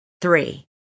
Three